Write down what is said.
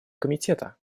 комитета